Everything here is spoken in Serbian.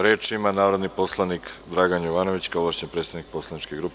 Reč ima narodni poslanik Dragan Jovanović, kao ovlašćeni predstavnik poslaničke grupe.